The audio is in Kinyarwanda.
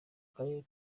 karere